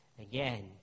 Again